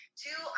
two